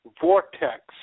vortex